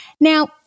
Now